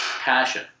passion